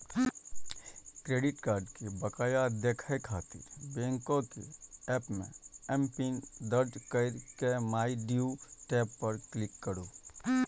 credit card के बकाया देखै खातिर बैंकक एप मे एमपिन दर्ज कैर के माइ ड्यू टैब पर क्लिक करू